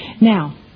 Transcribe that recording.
Now